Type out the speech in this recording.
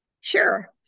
Sure